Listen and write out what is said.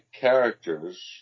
characters